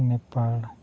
Nepal